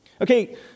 Okay